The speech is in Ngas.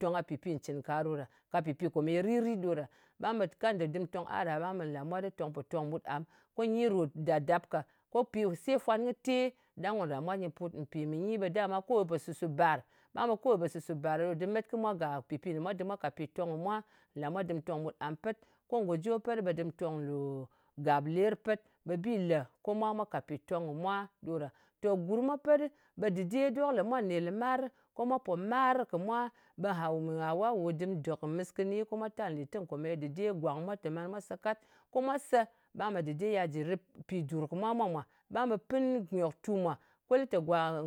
tong ka pɨpi cɨn ka ɗo ɗa. Ka pɨpi kòmèye ririt ɗo ɗa. Ɓang ɓe kanda dɨm tong a ɗa, ɓang ɓe nlàmwat ɗɨ tong pò tong mɓut am. Ko nyi ròt dàp-dàp ka. Ko pi se nfwan kɨ te ɗang ko nlamwat nyɨ put. Mpì mɨ nyi ɓe dama kowe pò sù-sù bar. Ɓang ɓe kowe pò sù-sù bàr ɗa ɗo dɨm met kɨ mwa gà pɨpi me mwa dɨm mwa kàt pitong kɨ mwa. Lamwat dɨm tong ɓut am pet, ko ngòjo pet dí ɓe dɨm tong nlù gapler pet. Ɓe bi lè ko mwa mwā kat pitong kɨ mwa ɗo ɗa. To gurm mwa pet ɗɨ, ɓe dok dɨde le mwa nɗin lɨmarɨ, ko mwa pò mar kɨ mwa, ɓe haw hawa-u dɨm dɨk mɨs kɨni, ko mwa tal nletɨng kòmeye dɨde gwàng mwa te man mwa se kat. Ko mwa sē ɓang bɛ dɨde ya jɨ rɨp pidùr kɨ mwa mwa mwà. Ɓang ɓe pɨn nyòktu mwa, ko lɨ te gwa